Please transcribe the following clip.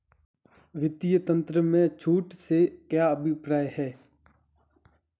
वित्तीय तंत्र में छूट से क्या अभिप्राय है?